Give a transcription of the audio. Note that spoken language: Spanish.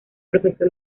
profesó